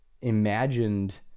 imagined